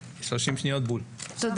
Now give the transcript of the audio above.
תודה